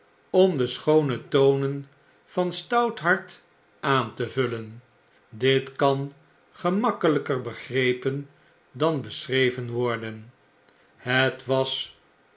om de schoone tonen van stouthart aan te vullen dit kan gemakkeljjker begrepen dan beschreven worden het was